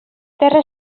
terra